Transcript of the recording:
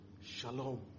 Shalom